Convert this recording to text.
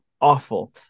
awful